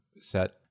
set